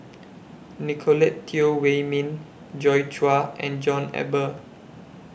Nicolette Teo Wei Min Joi Chua and John Eber